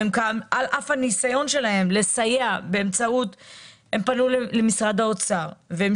על אף הניסיון שלהם לסייע הם פנו למשרד האוצר והם